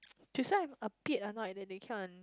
this one a bit annoyed that it can't